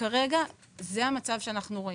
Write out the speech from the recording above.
כרגע זה המצב שאנחנו רואים.